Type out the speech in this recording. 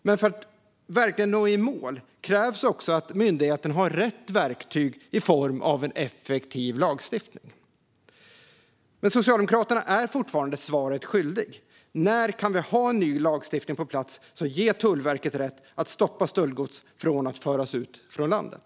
Men för att verkligen nå i mål krävs också att myndigheterna har rätt verktyg i form av en effektiv lagstiftning. Socialdemokraterna är fortfarande svaret skyldiga. När vi kan ha en ny lagstiftning på plats som ger Tullverket rätt att stoppa stöldgods från att föras ut ur landet?